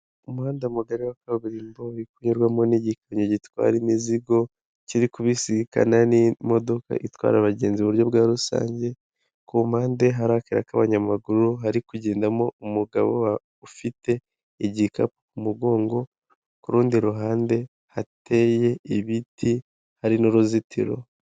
Umuhanda mugari wa kaburimbo uri kunyurwamo n'igikamyo gitwara n'imizigo kiri kubisikana n'imodoka itwara abagenzi mu buryo bwa rusange, ku mpande hari akayira k'abanyamaguru hari kugendamo umugabo ufite igikapu umugongo, ku rundi ruhande hateye ibiti hari n'uruzitiro.